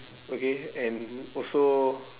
okay and also